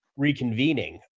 reconvening